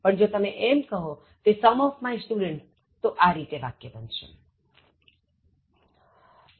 જો તમે એમ કહો કે some of my students તો આ રીતે વાક્ય બનશે 16